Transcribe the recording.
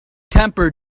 temper